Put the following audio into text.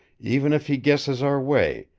even if he guesses our way,